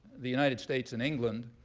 the united states and england,